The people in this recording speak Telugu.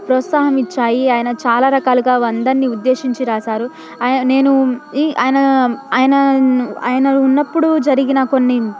ప్రోత్సాహం ఇచ్చాయి ఆయన చాలా రకాలుగా అందరినీ ఉద్దేశించి రాసారు నేను ఈ ఆయన ఆయన ఆయన ఉన్నప్పుడు జరిగిన కొన్ని